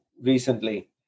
Recently